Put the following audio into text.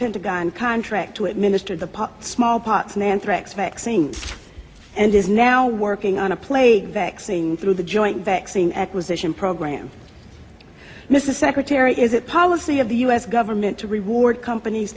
pentagon contract to administer the small parts man threats vexing and is now working on a plate vaccine through the joint vaccine acquisition program mr secretary is it policy of the u s government to reward companies